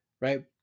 right